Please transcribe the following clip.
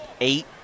eight